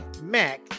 Mac